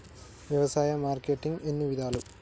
వ్యవసాయ మార్కెటింగ్ ఎన్ని విధాలు?